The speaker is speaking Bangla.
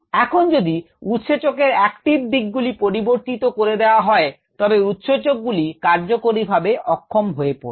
এখন যদি উৎসেচকের একটিভ দিকগুলি পরিবর্তিত করে দেওয়া হয় তবে উৎসেচক গুলি কার্যকরীভাবে অক্ষম হয়ে পড়বে